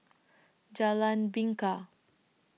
Jalan Bingka